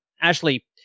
Ashley